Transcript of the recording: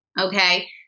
Okay